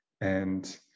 And-